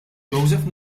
joseph